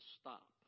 stop